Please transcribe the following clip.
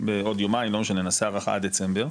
בעוד יומיים, לא משנה, נעשה הארכה עד דצמבר,